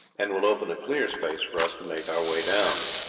and will open a clear space for us to make our way down.